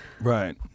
Right